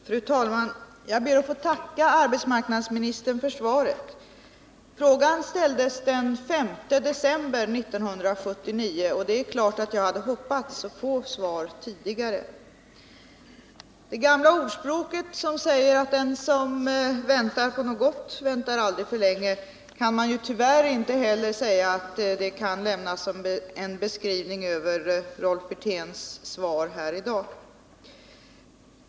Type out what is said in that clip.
Fru talman! Jag ber att få tacka arbetsmarknadsministern för svaret. Frågan ställdes den 5 december 1979, och det är klart att jag hade hoppats att få svaret tidigare. Det gamla ordspråket som säger att den som väntar på något gott väntar aldrig för länge kan tyvärr inte heller lämnas som en beskrivning av Rolf Wirténs svar här i dag.